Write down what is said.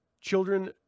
Children